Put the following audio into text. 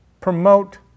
promote